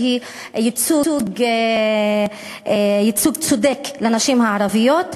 שהיא ייצוג צודק לנשים הערביות.